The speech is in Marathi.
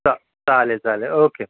चा चालेल चालेल ओके